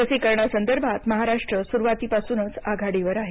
लसीकरणासंदर्भात महाराष्ट्र सुरूवातीपासूनच आघाडीवर आहे